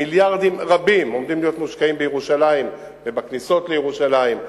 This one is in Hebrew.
מיליארדים רבים עומדים להיות מושקעים בירושלים ובכניסות לירושלים.